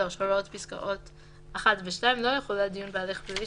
(3)הוראות פסקאות (1) ו-(2) לא יחולו על דיון בהליך פלילי